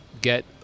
get